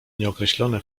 nieokreślone